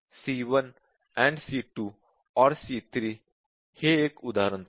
c1 AND c2 OR c3 हे एक उदाहरण पाहू